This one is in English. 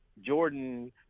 Jordan